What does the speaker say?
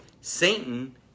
Satan